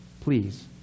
Please